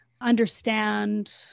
understand